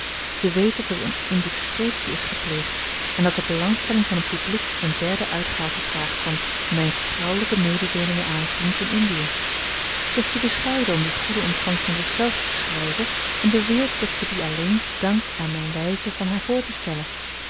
zij weet dat er eene indiscretie is gepleegd en dat de belangstelling van het publiek eene derde uitgave vraagt van mijne vertrouwelijke mededeelingen aan een vriend in indië zij is te bescheiden om die goede ontvangst aan zich zelve toe te schrijven en beweert dat zij die alleen dankt aan mijne wijze van haar voor te stellen